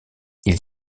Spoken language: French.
ils